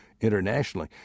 internationally